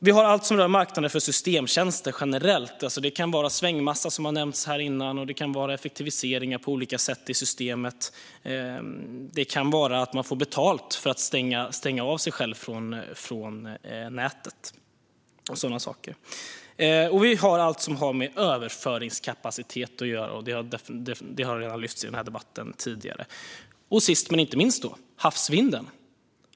Vi har allt som rör marknaden för systemtjänster generellt. Det kan vara svängmassa, som har nämnts här innan. Det kan vara effektiviseringar på olika sätt i systemet. Det kan vara att man får betalt för att stänga av sig själv från nätet och sådana saker. Vi har allt det som har med överföringskapacitet att göra. Det har redan lyfts fram här i debatten tidigare. Sist men inte minst har vi havsvinden.